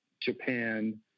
japan